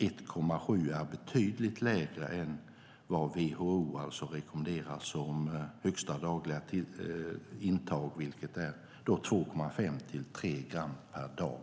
1,7 gram är alltså betydligt lägre än vad WHO rekommenderar som högsta dagliga intag, vilket är 2,5-3 gram per dag.